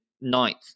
ninth